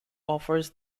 offers